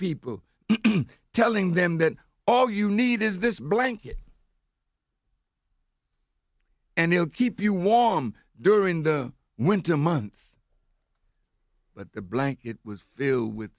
people telling them that all you need is this blanket and he'll keep you warm during the winter months but the blanket was filled with